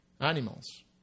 animals